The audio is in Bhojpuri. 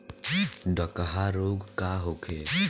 डकहा रोग का होखे?